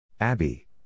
Abby